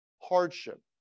hardship